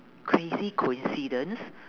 crazy coincidence